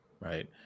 right